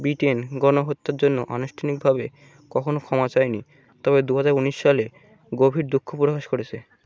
Britain গণহত্যার জন্য আনুষ্ঠানিকভাবে কখনও ক্ষমা চায়নি তবে দু হাজার ঊনিশ সালে গভীর দুঃখ প্রকাশ করেছে